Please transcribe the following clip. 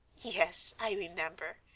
yes, i remember.